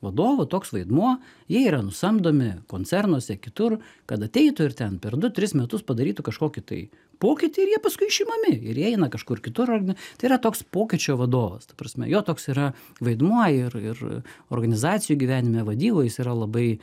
vadovų toks vaidmuo jie yra nusamdomi koncernuose kitur kad ateitų ir ten per du tris metus padarytų kažkokį tai pokytį ir jie paskui išimami ir jie eina kažkur kitur ar ne tai yra toks pokyčio vadovas ta prasme jo toks yra vaidmuo ir ir organizacijų gyvenime vadyboj jis yra labai